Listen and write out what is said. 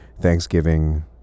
Thanksgiving